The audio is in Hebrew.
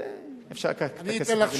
אבל אפשר לקחת את הכסף הזה,